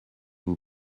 vous